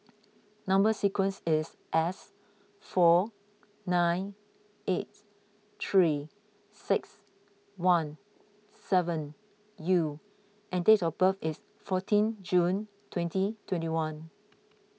Number Sequence is S four nine eight three six one seven U and date of birth is fourteen June twenty twenty one